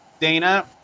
Dana